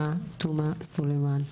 עאידה תומא סלימאן.